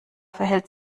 verhält